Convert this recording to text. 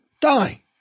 die